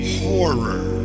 horror